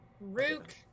Rook